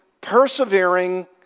persevering